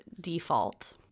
default